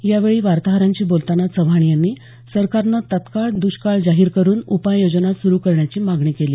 यावेळी वार्ताहरांशी बोलतांना चव्हाण यांनी सरकारनं तात्काळ दुष्काळ जाहीर करुन उपाययोजना सुरु करण्याची मागणी केली